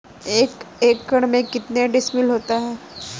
एक एकड़ में कितने डिसमिल होता है?